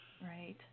Right